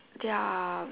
they are